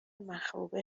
مخروبه